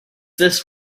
this